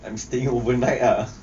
I'm staying overnight ah